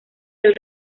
del